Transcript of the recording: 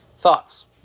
Thoughts